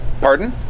Pardon